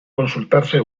consultarse